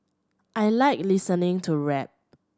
I like listening to rap